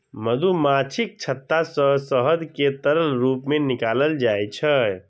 मधुमाछीक छत्ता सं शहद कें तरल रूप मे निकालल जाइ छै